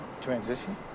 Transition